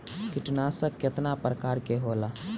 कीटनाशक केतना प्रकार के होला?